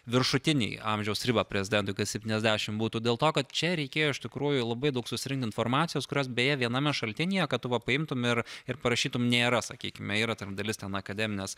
viršutinį amžiaus riba prezidentui kad septyniasdešimt būtų dėl to kad čia reikėjo iš tikrųjų labai daug susirinkt informacijos kurios beje viename šaltinyje kad tu va paimtum ir ir parašytum nėra sakykime yra ten dalis ten akademinės